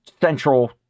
central